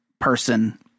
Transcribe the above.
person